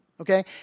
okay